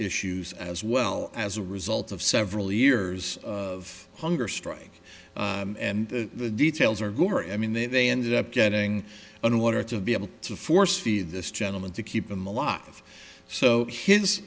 issues as well as a result of several years of hunger strike and the details are gory i mean that they ended up getting on water to be able to force feed this gentleman to keep him alive so his